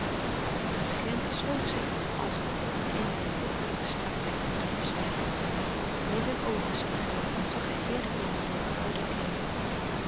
de regent sloot zich als op in zijn popperige strakheid en bleef zwijgen alleen zijn oogen staarden als zag hij verre dingen door van oudijck heen